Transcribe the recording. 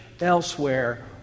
elsewhere